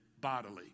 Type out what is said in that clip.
bodily